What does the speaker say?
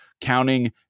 counting